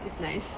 it's nice